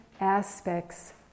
aspects